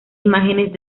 imágenes